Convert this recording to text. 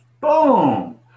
Boom